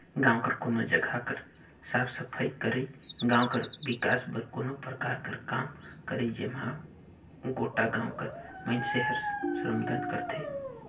गाँव कर कोनो जगहा कर साफ सफई करई, गाँव कर बिकास बर कोनो परकार कर काम करई जेम्हां गोटा गाँव कर मइनसे हर श्रमदान करथे